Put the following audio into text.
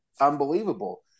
unbelievable